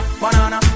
banana